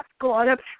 God